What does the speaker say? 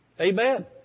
Amen